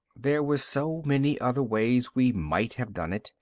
there were so many other ways we might have done it,